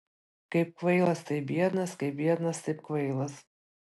kaip kvailas taip biednas kaip biednas taip kvailas